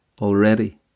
already